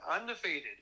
undefeated